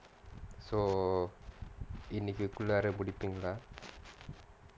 so இன்னைக்கு குள்ளாற முடிக்கனும்:innaikku kullaara mudikkanum lah